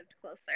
closer